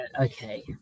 okay